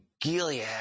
Gilead